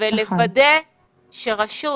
לוודא שרשות